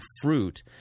fruit